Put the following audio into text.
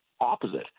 opposite